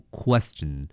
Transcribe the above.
question